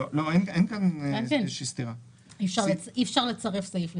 אי אפשר לצרף סעיף לסעיף.